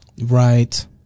Right